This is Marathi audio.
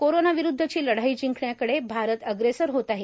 कोरोना विरुद्धची लढाई जिंकण्याकडे भारत अग्रेसर होत आहे